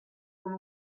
con